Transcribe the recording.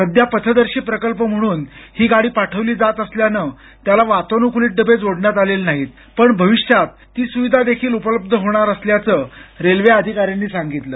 सध्या पथदर्शी प्रकल्प म्हणून ही गाडी पाठवली जात असल्यानं त्याला वातानुकूलित डबे जोडण्यात आलेले नाहीत मात्र भविष्यात ती सुविधा देखील उपलब्ध होणार असल्याचं रेल्वे अधिकाऱ्यांनी सांगितलं